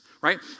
right